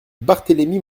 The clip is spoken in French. barthélemy